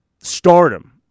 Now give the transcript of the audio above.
stardom